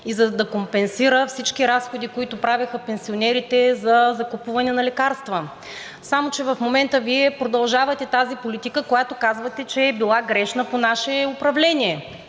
и да компенсира всички разходи, които правеха пенсионерите за закупуване на лекарства, само че в момента Вие продължавате тази политика, която казвате, че е била грешна в нашето управление.